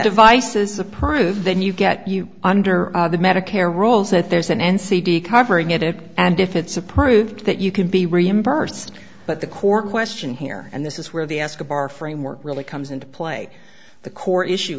devices approved then you get you under the medicare rules that there's an n c d covering it up and if it's approved that you can be reimbursed but the core question here and this is where the escobar framework really comes into play the core issue